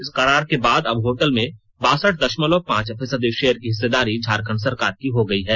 इस करार के बाद अब होटल में बासठ दशमलव पांच फीसदी शेयर की हिस्सेदार झारखंड सरकार की हो गई है